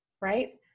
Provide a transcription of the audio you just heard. right